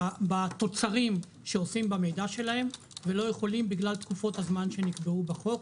בתוצרים שעושים במידע שלהם ולא יכולים בגלל תקופות הזמן שנקבעו בחוק,